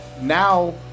now